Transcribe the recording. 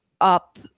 up